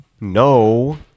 No